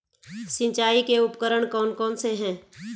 सिंचाई के उपकरण कौन कौन से हैं?